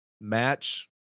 match